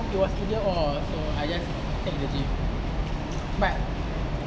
it was either all so I just take the gym but